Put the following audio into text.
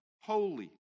holy